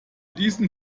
diesen